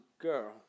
girl